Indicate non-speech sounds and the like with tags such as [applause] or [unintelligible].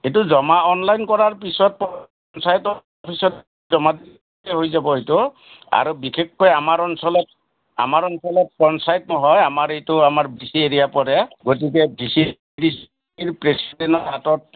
এইটো জমা অনলাইন কৰাৰ পিছত পঞ্চায়তৰ অফিচত জমা হৈ যাব এইটো আৰু বিশেষকৈ আমাৰ অঞ্চলত আমাৰ অঞ্চলত পঞ্চায়ত নহয় আমাৰ এইটো আমাৰ [unintelligible] এৰিয়া পৰে গতিকে [unintelligible] হাতত